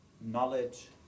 knowledge